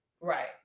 Right